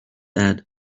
add